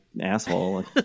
asshole